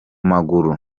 maguru